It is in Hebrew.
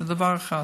זה דבר אחד.